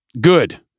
Good